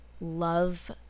love